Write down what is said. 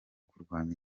kurwanya